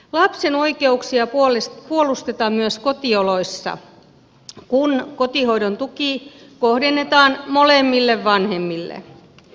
lapsen oikeuksia puolustetaan myös kotioloissa kun kotihoidon tuki kohdennetaan molemmille vanhemmille